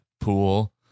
pool